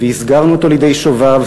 והסגרנו אותו לידי שוביו,